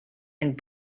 and